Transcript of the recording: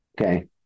Okay